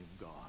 god